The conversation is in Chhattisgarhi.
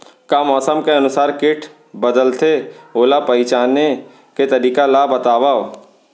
का मौसम के अनुसार किट बदलथे, ओला पहिचाने के तरीका ला बतावव?